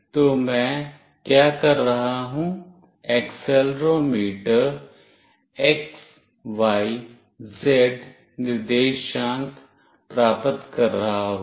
तो मैं क्या कर रहा हूँ एक्सेलेरोमीटर x y z निर्देशांक प्राप्त कर रहा होगा